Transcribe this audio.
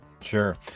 Sure